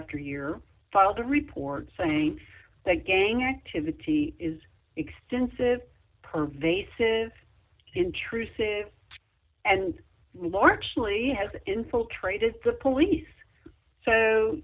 after year filed a report saying that gang activity is extensive per vases intrusive and war actually has infiltrated the police so